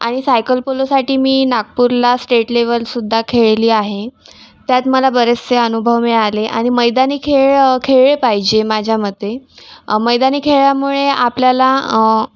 आणि सायकल पोलोसाठी मी नागपूरला स्टेट लेवलसुद्धा खेळली आहे त्यात मला बरेचसे अनुभव मिळाले आणि मैदानी खेळ खेळले पाहिजे माझ्या मते मैदानी खेळामुळे आपल्याला